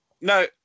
no